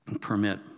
permit